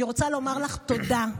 אני רוצה לומר לך תודה,